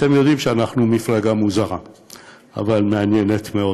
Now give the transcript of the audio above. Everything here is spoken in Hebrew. אתם יודעים שאנחנו מפלגה מוזרה אבל מעניינת מאוד,